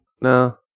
No